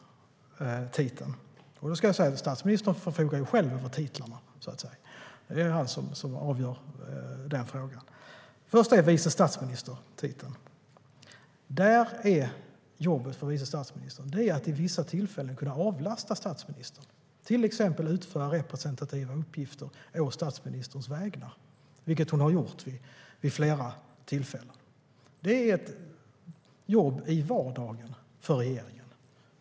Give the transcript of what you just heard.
Statsministern förfogar själv över titlarna. Det är han som avgör den frågan. När det gäller titeln vice statsminister är jobbet för vice statsministern att vid vissa tillfällen kunna avlasta statsministern, till exempel genom att utföra representativa uppgifter å statsministerns vägnar, vilket Åsa Romson har gjort vid flera tillfällen. Det är ett jobb i vardagen för regeringen.